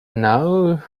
now